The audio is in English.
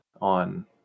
on